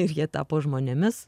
ir jie tapo žmonėmis